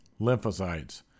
lymphocytes